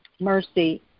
mercy